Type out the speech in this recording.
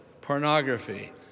pornography